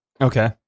Okay